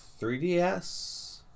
3DS